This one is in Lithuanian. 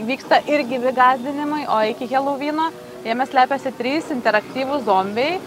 vyksta ir gyvi gąsdinimai o iki helouvyno jame slepiasi trys interaktyvūs zombiai